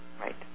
Right